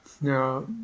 now